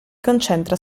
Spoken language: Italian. concentra